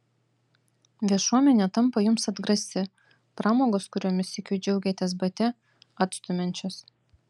viešuomenė tampa jums atgrasi pramogos kuriomis sykiu džiaugėtės bate atstumiančios